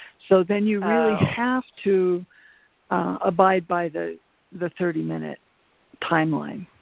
so then you really have to abide by the the thirty minute timeline.